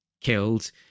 killed